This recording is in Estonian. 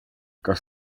kas